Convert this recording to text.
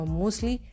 mostly